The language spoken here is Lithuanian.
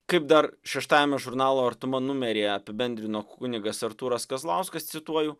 kaip dar šeštajame žurnalo artuma numeryje apibendrino kunigas artūras kazlauskas cituoju